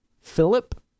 Philip